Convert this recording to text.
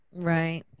Right